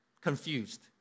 confused